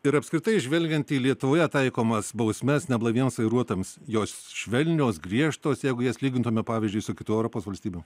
ir apskritai žvelgiant į lietuvoje taikomas bausmes neblaiviems vairuotojams jos švelnios griežtos jeigu jas lygintumėme pavyzdžiui su kitų europos valstybių